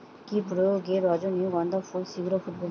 কি প্রয়োগে রজনীগন্ধা ফুল শিঘ্র ফুটবে?